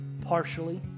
partially